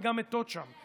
וגם מתות שם.